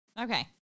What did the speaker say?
okay